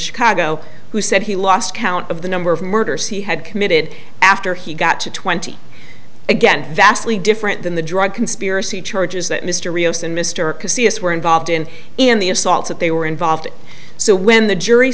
chicago who said he lost count of the number of murders he had committed after he got to twenty again vastly different than the drug conspiracy charges that mr rios and mr c s were involved in in the assault that they were involved so when the jury